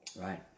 Right